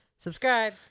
Subscribe